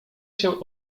się